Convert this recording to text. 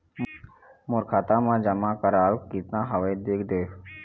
मोर खाता मा जमा कराल कतना हवे देख देव?